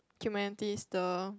humanities the